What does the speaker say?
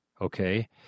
Okay